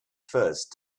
first